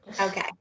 Okay